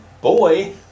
boy